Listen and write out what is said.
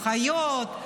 אחיות,